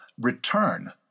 return